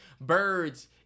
Birds